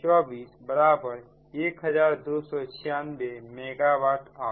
241296 megawatt our